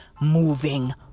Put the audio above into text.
moving